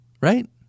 Right